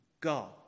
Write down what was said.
God